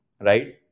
right